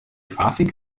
grafik